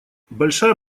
большая